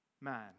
man